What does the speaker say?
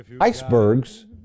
icebergs